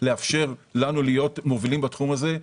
לאפשר לנו להיות מובילים בתחום הזה,